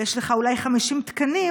ויש לך אולי 50 תקנים.